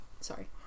sorry